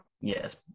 Yes